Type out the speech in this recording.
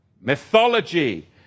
mythology